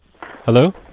Hello